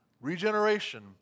regeneration